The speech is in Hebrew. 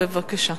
בבקשה.